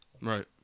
Right